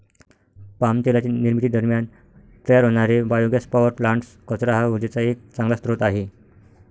palm तेलाच्या निर्मिती दरम्यान तयार होणारे बायोगॅस पॉवर प्लांट्स, कचरा हा उर्जेचा एक चांगला स्रोत आहे